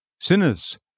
Sinners